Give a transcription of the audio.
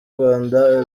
rwanda